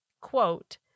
quote